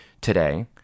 today